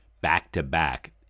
back-to-back